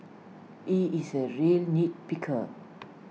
he is A real nitpicker